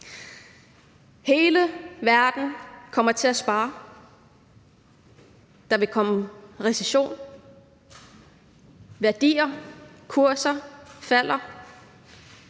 Hele verden kommer til at spare, der vil komme recession, værdier, kurser falder